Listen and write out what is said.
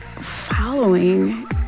following